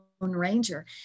Ranger